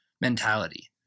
mentality